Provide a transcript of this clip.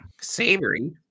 savory